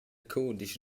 cudisch